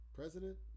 president